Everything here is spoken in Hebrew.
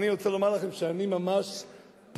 אני רוצה לומר לכם שאני ממש פגוע,